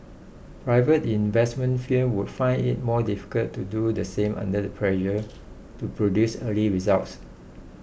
private investment firms would find it more difficult to do the same under the pressure to produce early results